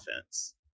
offense